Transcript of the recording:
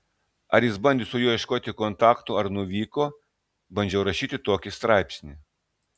ar jis bandė su juo ieškoti kontaktų ar nuvyko bandžiau rašyti tokį straipsnį